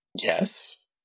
Yes